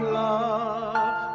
love